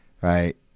Right